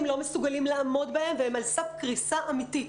לא יכולים לעמוד בהם והם על סף קריסה אמיתית.